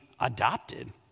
adopted